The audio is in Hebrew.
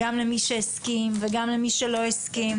גם למי שהסכים וגם למי שלא הסכים,